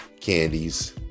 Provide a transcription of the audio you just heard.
candies